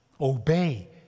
Obey